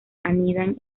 anidan